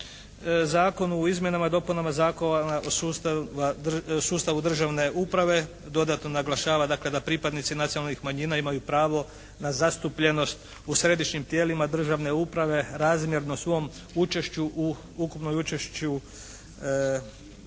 Zakonu o izmjenama i dopunama Zakona o sustavu državne uprave dodatno naglašava dakle da pripadnici nacionalnih manjina imaju pravo na zastupljenost u središnjim tijelima državne uprave razmjerno svom učešću u ukupnom učešću